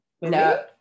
No